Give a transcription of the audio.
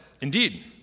Indeed